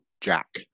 Jack